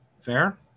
Fair